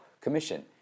commission